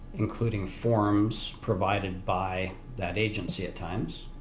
including forms provided by that agency at times.